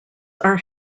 are